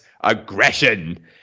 aggression